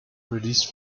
released